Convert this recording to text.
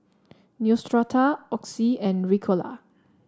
Neostrata Oxy and Ricola